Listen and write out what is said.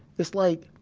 it's like,